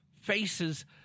faces